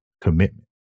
commitment